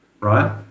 right